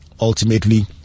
ultimately